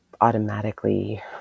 automatically